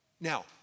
Now